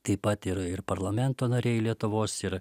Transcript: taip pat ir ir parlamento nariai lietuvos ir